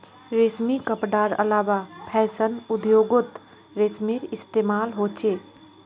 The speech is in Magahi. रेशमी कपडार अलावा फैशन उद्द्योगोत रेशमेर इस्तेमाल होचे